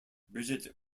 bridget